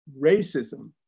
racism